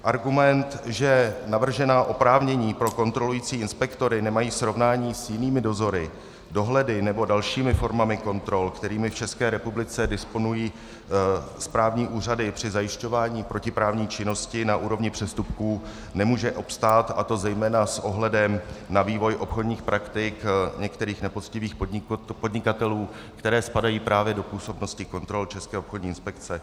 Argument, že navržená oprávnění pro kontrolující inspektory nemají srovnání s jinými dozory, dohledy nebo dalšími formami kontrol, kterými v České republice disponují správní úřady při zajišťování protiprávní činnosti na úrovni přestupků, nemůže obstát, a to zejména s ohledem na vývoj obchodních praktik některých nepoctivých podnikatelů, které spadají právě do působnosti kontrol České obchodní inspekce.